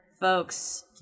folks